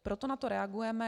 Proto na to reagujeme.